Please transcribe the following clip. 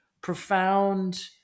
profound